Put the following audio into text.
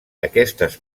aquestes